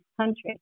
country